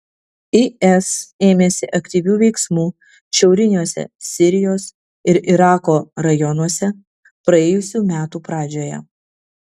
is ėmėsi aktyvių veiksmų šiauriniuose sirijos ir irako rajonuose praėjusių metų pradžioje